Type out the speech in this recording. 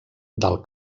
del